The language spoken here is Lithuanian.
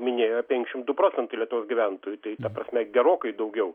minėjo penkšim du procentai lietuvos gyventojų tai ta prasme gerokai daugiau